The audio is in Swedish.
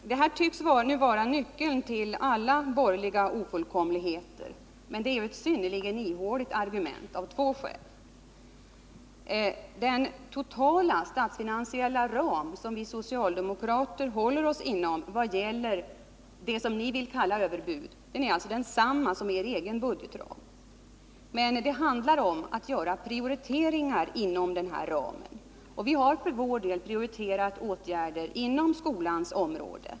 Detta tycks nu vara nyckeln till alla borgerliga ofullkomligheter, men det är av två skäl ett synnerligen ihåligt argument. För det första är den totala statsfinansiella ram som vi socialdemokrater håller oss inom när det gäller det som de borgerliga kallar för överbud densamma som deras egen budgetram. Men det handlar om att göra prioriteringar inom denna ram. Vi har för vår del prioriterat åtgärder inom : skolans område.